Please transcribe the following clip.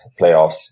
playoffs